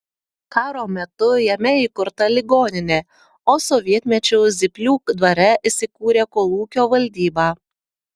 karo metu jame įkurta ligoninė o sovietmečiu zyplių dvare įsikūrė kolūkio valdyba